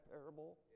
parable